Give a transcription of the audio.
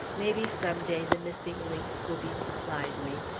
maybe some day the missing links will be supplied me,